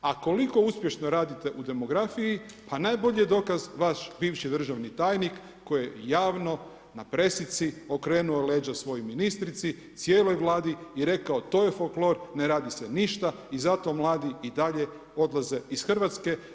A koliko uspješno radite u demografiji, pa najbolji je dokaz vaš bivši državni tajnik koji je javno na presici okrenuo leđa svojoj ministrici, cijeloj Vladi i rekao to je folklor, ne radi se ništa i zato mladi i dalje odlaze iz Hrvatske.